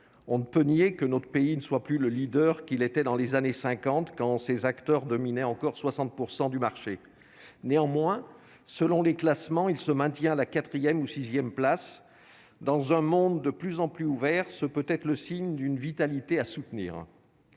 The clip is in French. On ne peut le nier, notre pays n'est plus le leader qu'il était dans les années 1950, quand ses acteurs dominaient encore 60 % du marché. Néanmoins, selon les classements, il se maintient à la quatrième ou sixième place. Dans un monde de plus en plus ouvert, ce peut être le signe d'une vitalité à soutenir.